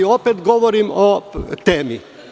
Opet govorim o temi.